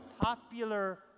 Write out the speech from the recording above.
popular